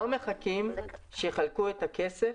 לא מחכים שיחלקו את הכסף